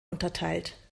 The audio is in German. unterteilt